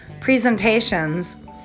presentations